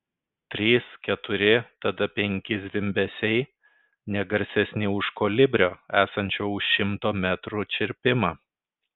trys keturi tada penki zvimbesiai ne garsesni už kolibrio esančio už šimto metrų čirpimą